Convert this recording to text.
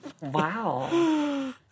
Wow